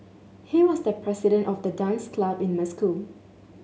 he was the president of the dance club in my school